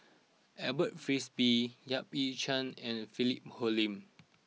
Alfred Frisby Yap Ee Chian and Philip Hoalim